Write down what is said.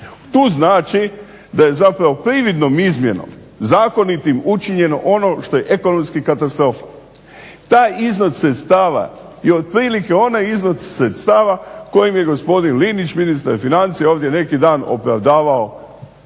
Tu znači da je prividnom izmjenom zakonitim učinjeno ono što je ekonomski katastrofa. Taj iznos sredstava je otprilike onaj iznos sredstava kojim je gospodin Linić ministar financija ovdje neki dan opravdavao